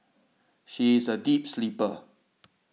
she is a deep sleeper